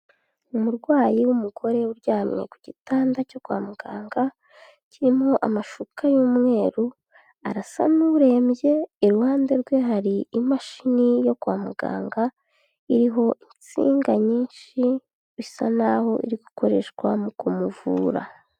Umurwayi w'umugore uryamye ku gitanda cyo kwa muganga kirimo amashuka y'umweru, arasa n'urembye, iruhande rwe hari imashini yo kwa muganga iriho insinga nyinshi, bisa naho iri gukoreshwa mu kumuvura.